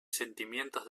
sentimientos